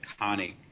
iconic